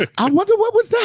i wonder what was that,